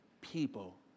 people